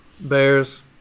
Bears